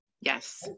Yes